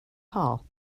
hall